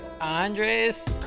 andres